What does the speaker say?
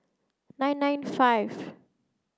nine nine five